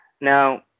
Now